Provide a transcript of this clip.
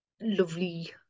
lovely